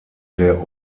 der